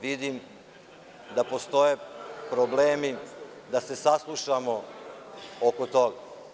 Vidim da postoje problemi da se saslušamo oko toga.